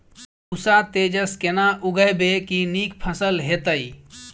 पूसा तेजस केना उगैबे की नीक फसल हेतइ?